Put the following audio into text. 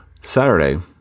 Saturday